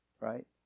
right